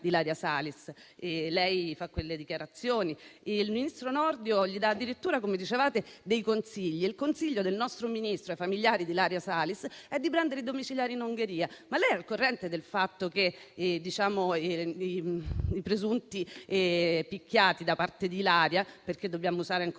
Ilaria Salis, lei ha fatto queste dichiarazioni e il ministro Nordio dà addirittura consigli: il consiglio del nostro Ministro ai familiari di Ilaria Salis è di prendere i domiciliari in Ungheria. Ma lei è al corrente del fatto che i presunti picchiati da parte di Ilaria - dobbiamo infatti usare ancora